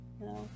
No